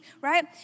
right